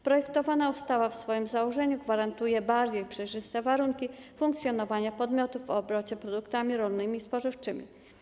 Projektowana ustawa w swoim założeniu gwarantuje bardziej przejrzyste warunki funkcjonowania podmiotów w obrocie produktami rolnymi i spożywczymi.